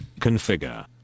Configure